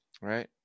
Right